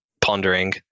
pondering